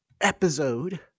episode